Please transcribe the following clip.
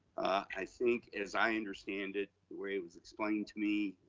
i think, as i understand it, the way it was explained to me,